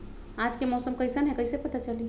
आज के मौसम कईसन हैं कईसे पता चली?